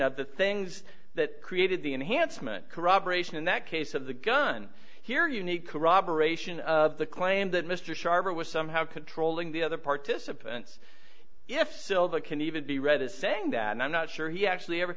of the things that created the enhancement corroboration in that case of the gun here you need corroboration of the claim that mr sharper was somehow controlling the other participants if silva can even be read as saying that and i'm not sure he actually ever